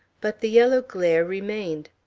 but the yellow glare remained.